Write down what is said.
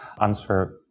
answer